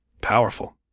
Powerful